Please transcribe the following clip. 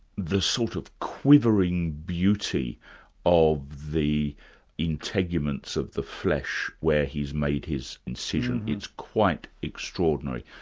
the sort of quivering beauty of the integuments of the flesh where he's made his incision. it's quite extraordinary.